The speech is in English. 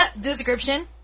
description